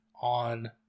on